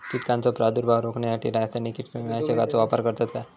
कीटकांचो प्रादुर्भाव रोखण्यासाठी रासायनिक कीटकनाशकाचो वापर करतत काय?